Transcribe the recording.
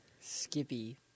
Skippy